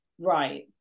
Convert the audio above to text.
right